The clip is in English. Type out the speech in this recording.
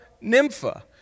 Nympha